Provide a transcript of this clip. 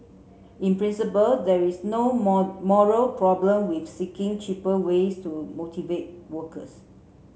in principle there is no more moral problem with seeking cheaper ways to motivate workers